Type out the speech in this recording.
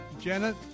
Janet